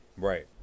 Right